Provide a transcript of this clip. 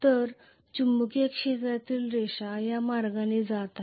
तर चुंबकीय क्षेत्रातील रेषा या मार्गाने जात आहेत